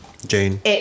Jane